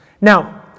Now